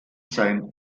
sein